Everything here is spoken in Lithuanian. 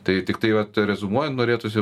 tai tiktai vat reziumuojan norėtųsi